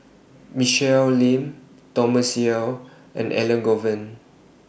Michelle Lim Thomas Yeo and Elangovan